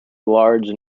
large